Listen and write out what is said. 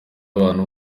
abantu